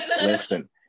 Listen